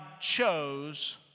chose